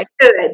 good